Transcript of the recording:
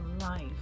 life